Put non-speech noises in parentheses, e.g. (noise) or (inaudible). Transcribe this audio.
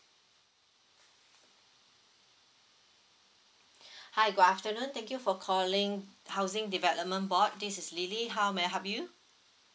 (breath) hi good afternoon thank you for calling housing development board this is lily how may I help you